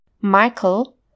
Michael